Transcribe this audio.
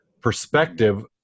perspective